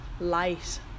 light